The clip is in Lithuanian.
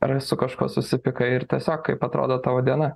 ar su kažkuo susipykai ir tiesiog kaip atrodo tavo diena